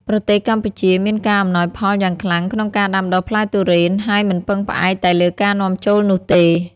ប្រទេសកម្ពុជាមានការអំណោយផលយ៉ាងខ្លាំងក្នុងការដាំដុះផ្លែទុរេន ហើយមិនពឹងផ្អែកតែលើការនាំចូលនោះទេ។